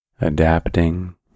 adapting